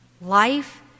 life